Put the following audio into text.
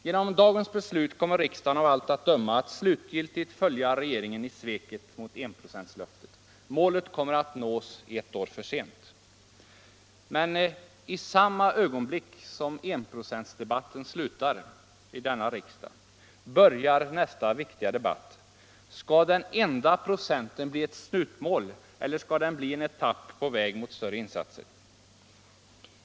Genom dagens beslut kommer riksdagen av allt att döma att slutgiltigt följa regeringen i sveket mot enprocentslöftet. Målet kommer att nås ett år för sent. Men i samma ögonblick som enprocentsdebatten slutar i denna riksdag börjar nästa viktiga debatt: Skall den enda procenten bli ett slutmål, eller skall den bli en etapp på vägen mot större insatser?